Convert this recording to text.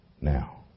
now